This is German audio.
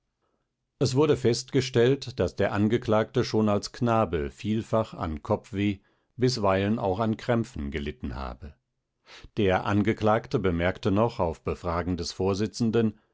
es wurde festgestellt daß der angeklagte schon als knabe vielfach an kopfweh bisweilen auch an krämpfen gelitten habe der angeklagte bemerkte noch auf befragen des vorsitzenden